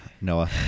Noah